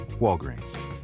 Walgreens